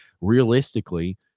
realistically